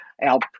help